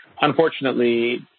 unfortunately